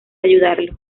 ayudarlos